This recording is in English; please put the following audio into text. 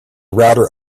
router